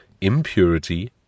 impurity